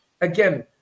Again